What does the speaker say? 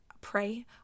pray